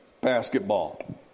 basketball